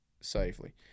safely